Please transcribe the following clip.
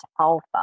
alpha